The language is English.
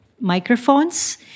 microphones